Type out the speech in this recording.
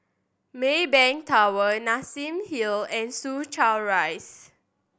Maybank Tower Nassim Hill and Soo Chow Rise